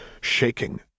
shaking